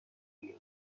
بیا